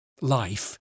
Life